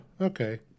okay